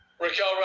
Raquel